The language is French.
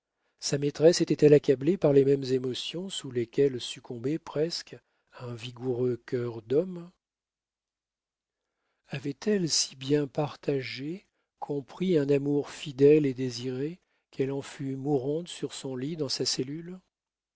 sa maîtresse était-elle accablée par les mêmes émotions sous lesquelles succombait presque un vigoureux cœur d'homme avait-elle si bien partagé compris un amour fidèle et désiré qu'elle en fût mourante sur son lit dans sa cellule